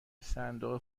صندوق